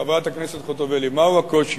חברת הכנסת חוטובלי, מהו הקושי?